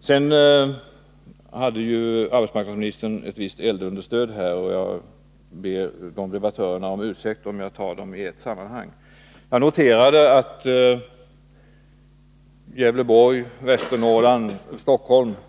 Sedan hade arbetsmarknadsministern ett visst eldunderstöd från olika talare, och jag ber dessa debattörer om ursäkt för att jag tar dem i ett sammanhang. Jag noterade att Gävleborg, Västernorrland och Stockholm —